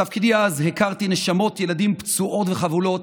בתפקידי אז הכרתי נשמות ילדים פצועות וחבולות,